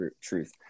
truth